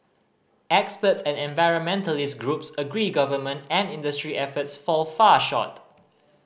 experts and environmentalist groups agree government and industry efforts fall far short